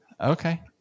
Okay